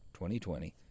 2020